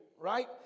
Right